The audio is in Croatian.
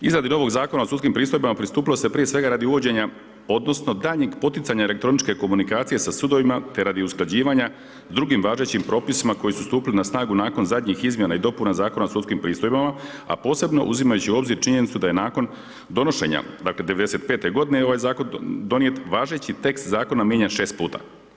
Izradi novog Zakona o sudskim pristojbama pristupilo se prije svega radi uvođenja odnosno daljnjeg poticanja elektroničke komunikacije sa sudovima te radi usklađivanja s drugim važećim propisima koji su stupili na snagu nakon zadnjih izmjena i dopuna Zakona o sudskim pristojbama, a posebno uzimajući u obzir činjenicu da je nakon donošenja, dakle '95. godine je ovaj zakon donijet, važeći tekst zakona mijenjan 6 puta.